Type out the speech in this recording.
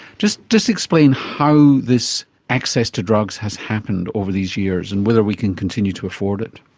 just just explain how this access to drugs has happened over these years and whether we can continue to afford it.